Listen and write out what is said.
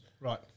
Right